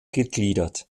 gegliedert